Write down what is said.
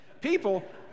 people